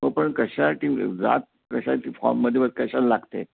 हो पण कशासाठी जात कशासाठी फॉर्ममध्ये व कशासाठी लागते